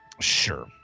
Sure